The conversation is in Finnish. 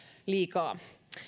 liikaa